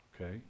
Okay